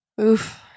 Oof